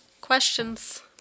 questions